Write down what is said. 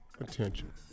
attention